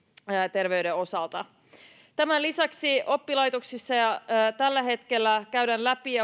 terveyden osalta tämän lisäksi oppilaitoksissa tällä hetkellä käydään läpi